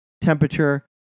temperature